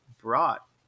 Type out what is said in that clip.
brought